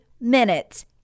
minutes